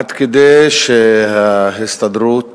עד כדי כך שההסתדרות,